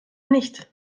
nicht